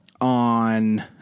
on